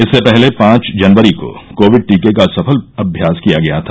इससे पहले पांच जनवरी को कोविड टीके का सफल अभ्यास किया गया था